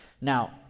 Now